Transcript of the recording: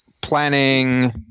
planning